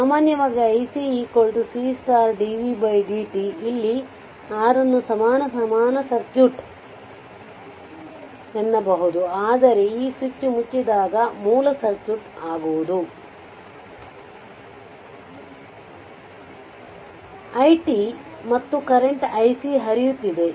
ಸಾಮಾನ್ಯವಾಗಿ iC c dv dt ಇಲ್ಲಿ r ಅನ್ನು ಸಮಾನ ಸರ್ಕ್ಯೂಟ್ ಎನ್ನಬಹುದು ಆದರೆ ಈ ಸ್ವಿಚ್ ಮುಚ್ಚಿದಾಗ ಮೂಲ ಸರ್ಕ್ಯೂಟ್ ಆಗುವುದು i t ಮತ್ತು ಕರೆಂಟ್ iC ಹರಿಯುತ್ತಿದೆ